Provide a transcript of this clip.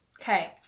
Okay